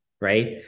right